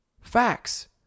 Facts